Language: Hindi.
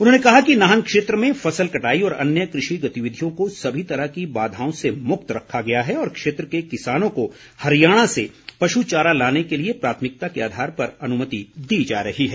उन्होंने कहा कि नाहन क्षेत्र में फसल कटाई और अन्य कृषि गतिविधियों को सभी तरह की बाधाओं से मुक्त रखा गया है और क्षेत्र के किसानों को हरियाणा से पशु चारा लाने के लिए प्राथमिकता के अधार पर अनुमति दी जा रही है